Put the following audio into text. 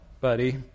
buddy